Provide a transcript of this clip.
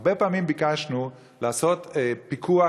הרבה פעמים ביקשנו לעשות פיקוח,